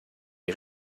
die